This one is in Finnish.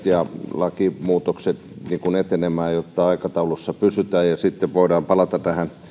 ja lakimuutokset etenemään jotta aikataulussa pysytään sitten voidaan palata